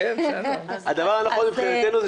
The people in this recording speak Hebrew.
האחרון מבחינתנו,